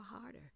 harder